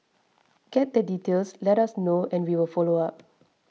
get the details let us know and we will follow up